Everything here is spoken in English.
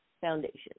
foundation